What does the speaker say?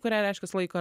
kurią reiškias laiko